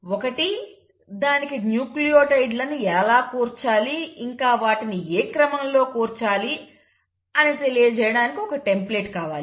ఒకటి దానికి న్యూక్లియోటైడ్ లను ఎలా కూర్చాలి ఇంకా వాటిని ఏ క్రమంలో కూర్చాలి అని తెలియజేయడానికి ఒక టెంప్లేట్ కావాలి